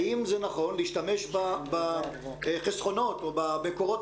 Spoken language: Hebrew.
האם זה נכון להשתמש בחסכונות או במקורות